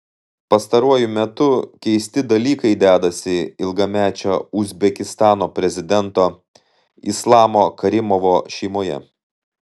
pastaruoju metu keisti dalykai dedasi ilgamečio uzbekistano prezidento islamo karimovo šeimoje